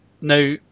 Now